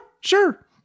sure